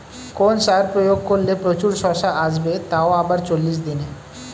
কোন সার প্রয়োগ করলে প্রচুর শশা আসবে তাও আবার চল্লিশ দিনে?